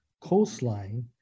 coastline